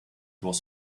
was